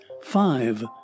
FIVE